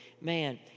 Man